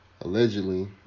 allegedly